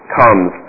comes